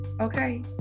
okay